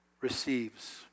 receives